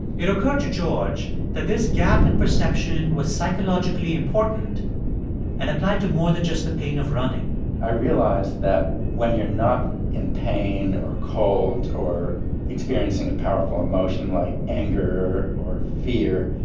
it occurred to george that this gap in perception was psychologically important and applied to more than just the pain of running i realized that when you're not in pain or cold or experiencing a powerful emotion like anger or fear,